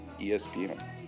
ESPN